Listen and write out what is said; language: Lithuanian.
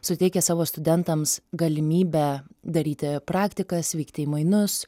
suteikia savo studentams galimybę daryti praktikas vykti į mainus